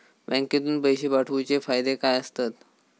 बँकेतून पैशे पाठवूचे फायदे काय असतत?